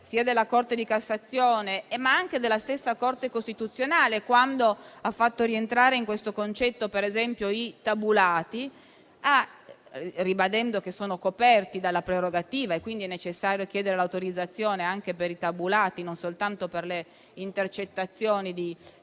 della Corte di cassazione e della stessa Corte costituzionale, quando ha fatto rientrare in questo concetto, per esempio, i tabulati, ribadendo che sono coperti dalla prerogativa per cui è necessario chiedere l'autorizzazione anche per essi e non soltanto per le intercettazioni di